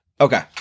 Okay